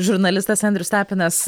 žurnalistas andrius tapinas